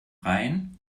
rhein